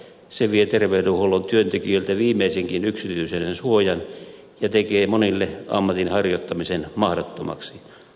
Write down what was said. se vie terveydenhuollon työntekijöiltä viimeisenkin yksityisyyden suojan ja tekee monille ammatinharjoittamisen mahdottomaksi